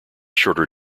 shorter